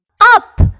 up